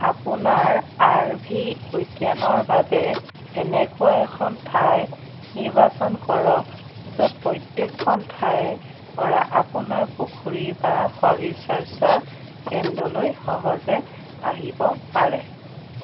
আপোনাৰ R V উদ্যানৰ বাবে এনেকুৱা এখন ঠাই নিৰ্বাচন কৰক য'ত প্ৰত্যেকখন ঠাইৰপৰা অপোনাৰ পুখুৰী বা শৰীৰচৰ্চা কেন্দ্ৰলৈ সহজে আহিব পাৰে